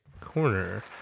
Corner